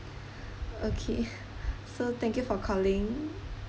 okay so thank you for calling